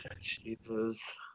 Jesus